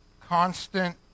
constant